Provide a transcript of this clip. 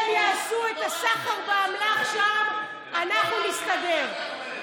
הם יעשו את הסחר באמל"ח שם ואנחנו נסתדר.